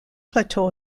plateau